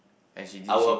and she didn't she